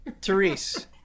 Therese